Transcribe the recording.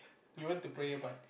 he went to prayer but